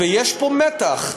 ויש פה מתח.